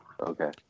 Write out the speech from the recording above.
Okay